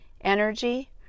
energy